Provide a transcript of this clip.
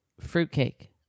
Fruitcake